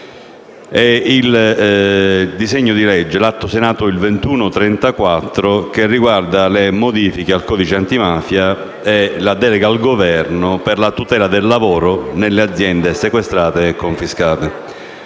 e il disegno di legge n. 2134, che riguarda le modifiche al codice antimafia e la delega al Governo per la tutela del lavoro nelle aziende sequestrate e confiscate.